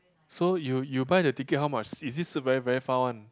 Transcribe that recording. so you you buy the ticket how much is it sit very very far one